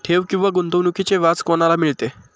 ठेव किंवा गुंतवणूकीचे व्याज कोणाला मिळते?